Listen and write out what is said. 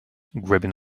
grabbing